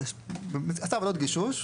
עושה עבודות גישוש,